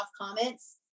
comments